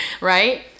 right